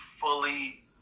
fully